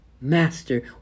master